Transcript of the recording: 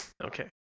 Okay